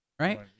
right